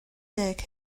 deg